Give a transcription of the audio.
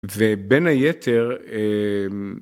ובין היתר...